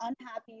unhappy